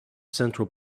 central